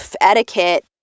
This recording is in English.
etiquette